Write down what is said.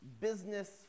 business